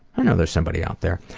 i know there's somebody out there.